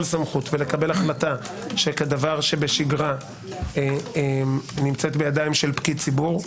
סמכות ולקבל החלטה שכדבר שבשגרה נמצאת בידי פקיד ציבור,